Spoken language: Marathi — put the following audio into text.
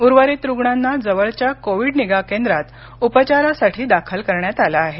उर्वरित रुग्णांना जवळच्या कोविड निगा केंद्रात उपचारासाठी दाखल करण्यात आल आहे